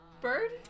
Bird